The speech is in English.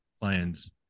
clients